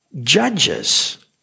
judges